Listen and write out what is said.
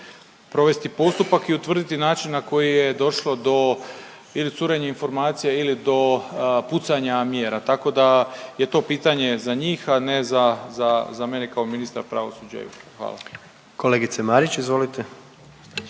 provesti postupak i utvrditi način na koji je došlo do ili curenja informacija ili do pucanja mjera. Tako da je to pitanje za njih, a ne za mene kao ministra pravosuđa i uprave. Hvala. **Jandroković, Gordan